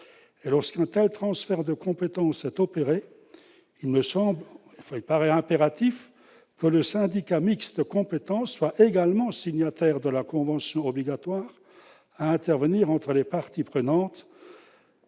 Lorsqu'un tel transfert de compétence est opéré, il est impératif que le syndicat mixte compétent soit aussi signataire de la convention obligatoire à intervenir entre les parties prenantes,